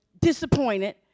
disappointed